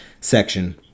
section